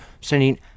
sending